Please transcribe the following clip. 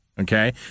Okay